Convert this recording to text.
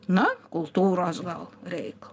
na kultūros gal reik